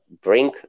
bring